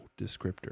descriptor